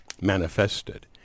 manifested